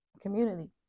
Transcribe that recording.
community